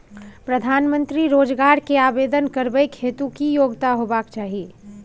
प्रधानमंत्री रोजगार के आवेदन करबैक हेतु की योग्यता होबाक चाही?